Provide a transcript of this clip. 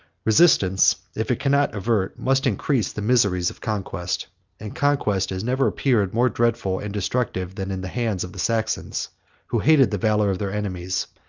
resistance, if it cannot avert, must increase the miseries of conquest and conquest has never appeared more dreadful and destructive than in the hands of the saxons who hated the valor of their enemies,